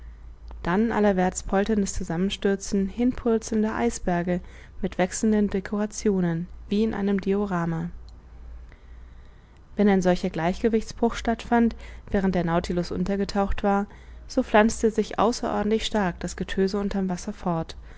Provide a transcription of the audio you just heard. dann allerwärts polterndes zusammenstürzen hinpurzelnder eisberge mit wechselnden decorationen wie in einem diorama wenn ein solcher gleichgewichtsbruch statt fand während der nautilus untergetaucht war so pflanzte sich außerordentlich stark das getöse unter'm wasser fort